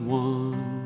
one